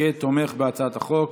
כתומך בהצעת החוק.